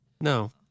No